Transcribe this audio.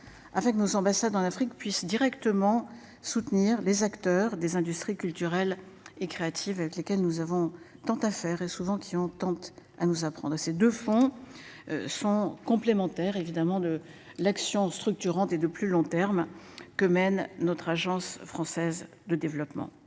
avec nos ambassades en Afrique puisse directement soutenir les acteurs des industries culturelles et créatives avec lesquelles nous avons tant à faire, et souvent qui ont tente à nous apprendre assez de fonds. Sont complémentaires évidemment de l'action structurante et de plus long terme que mène notre Agence française de développement.